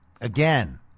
again